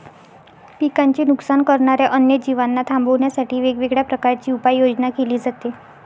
पिकांचे नुकसान करणाऱ्या अन्य जीवांना थांबवण्यासाठी वेगवेगळ्या प्रकारची उपाययोजना केली जाते